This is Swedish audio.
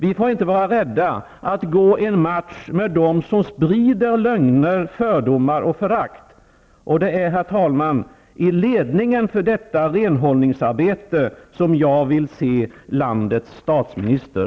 Vi får inte vara rädda att gå en match med dem som sprider lögner, fördomar och förakt. Det är, herr talman, i ledningen för detta renhållningsarbete jag vill se landets statsminister.